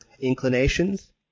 inclinations